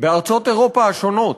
בארצות אירופה השונות,